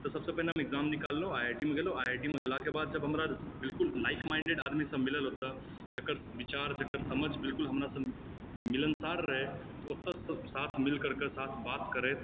तऽ सबसे पहिने हम एक्जाम निकालहुॅं आई आई टी मे गेलहुॅं आई आई टी मे गेलाक बाद जब हमरा बिल्कुल लाइक माइंडेड आदमी सब मिलल ओत जकर विचार जकर समझ बिल्कुल हमरा सॅं मिलनसार रहै ओत साथ मिल करके साथ बात करैत